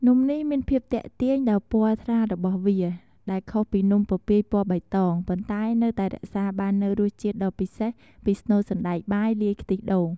នំនេះមានភាពទាក់ទាញដោយពណ៌សថ្លារបស់វា ដែលខុសពីនំពពាយពណ៌បៃតង ប៉ុន្តែនៅតែរក្សាបាននូវរសជាតិដ៏ពិសេសពីស្នូលសណ្តែកបាយលាយខ្ទិះដូង។